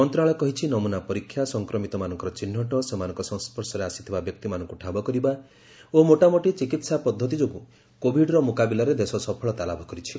ମନ୍ତ୍ରଣାଳୟ କହିଛି ନମୂନା ପରୀକ୍ଷା ସଂକ୍ରମିତ ମାନଙ୍କର ଚିହ୍ନଟ ସେମାନଙ୍କ ସଂସ୍ୱର୍ଶରେ ଆସିଥିବା ବ୍ୟକ୍ତିମାନଙ୍କୁ ଠାବ କରିବା ଓ ମୋଟାମୋଟି ଚିକିତ୍ସା ପଦ୍ଧତି ଯୋଗୁଁ କୋବିଡର ମୁକାବିଲାରେ ଦେଶ ସଫଳତା ଲାଭ କରିଛି